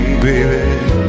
baby